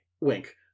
Wink